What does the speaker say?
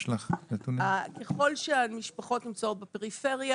ככל שהמשפחות נמצאות בפריפריה,